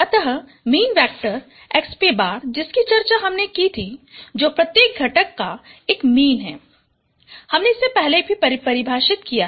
अत mean vector S̅ जिसकी चर्चा हमने की थी जो प्रत्येक घटक का एक मीन है हमने इसे पहले भी परिभाषित किया है